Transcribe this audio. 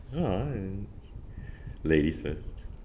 ya and ladies first